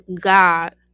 god